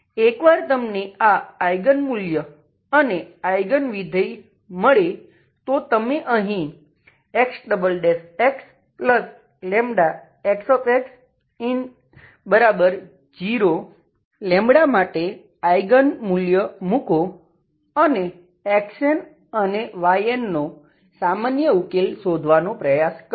એકવાર તમને આ આઈગન મૂલ્ય મળે તો તમે અહીં XxλXx0 માટે આઈગન મૂલ્ય મૂકો અને Xn અને Yn નો સામાન્ય ઉકેલ શોધવાનો પ્રયાસ કરો